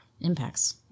impacts